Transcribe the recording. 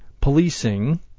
policing